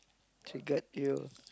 triggered you